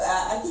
!huh!